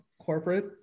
corporate